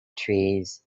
trees